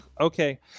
Okay